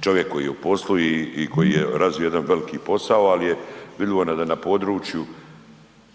čovjek koji je u poslu i koji je razvio jedan veliki posao, ali je vidljivo da je na području